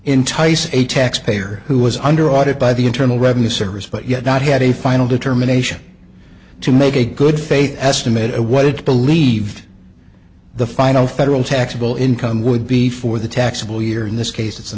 entice a taxpayer who was under audit by the internal revenue service but yet not had a final determination to make a good faith estimate of what it believed the final federal taxable income would be for the taxable year in this case it's a